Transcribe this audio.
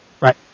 Right